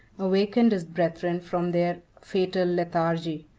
awakened his brethren from their fatal lethargy.